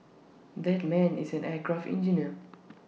that man is an aircraft engineer